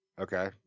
Okay